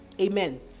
Amen